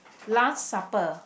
last supper